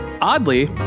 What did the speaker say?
Oddly